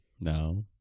no